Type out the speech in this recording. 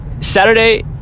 Saturday